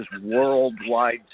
worldwide